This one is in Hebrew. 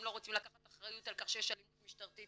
לא רוצים לקחת אחריות על כך שיש אלימות משטרתית,